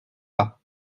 pas